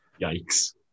Yikes